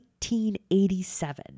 1887